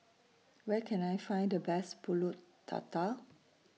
Where Can I Find The Best Pulut Tatal